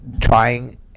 trying